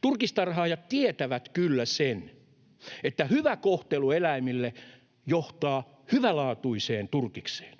Turkistarhaajat tietävät kyllä sen, että hyvä kohtelu eläimille johtaa hyvälaatuiseen turkikseen.